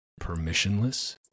permissionless